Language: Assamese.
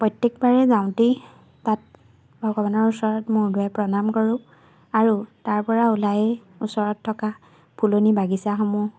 প্ৰত্যেকবাৰে যাওঁতেই তাত ভগৱানৰ ওচৰত মূৰ দোৱাই প্ৰণাম কৰোঁ আৰু তাৰপৰা ওলাই ওচৰত থকা ফুলনি বাগিচাসমূহ